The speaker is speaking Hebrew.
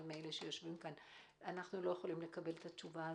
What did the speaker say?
מהנוכחים לא יכולים לקבל את התשובה הזו,